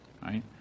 right